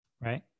right